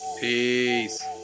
peace